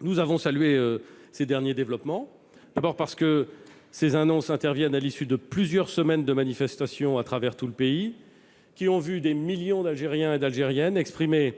Nous avons salué ces derniers développements. Ces annonces interviennent à l'issue de plusieurs semaines de manifestations à travers tout le pays, qui ont vu des millions d'Algériens et d'Algériennes exprimer,